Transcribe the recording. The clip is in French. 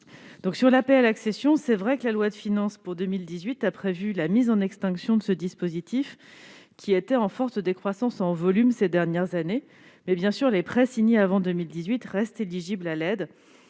sur l'APL accession. La loi de finances pour 2018 a prévu, c'est vrai, la mise en extinction de ce dispositif, qui était en forte décroissance en volume ces dernières années. Bien sûr, les prêts signés avant 2018 restent éligibles à l'aide,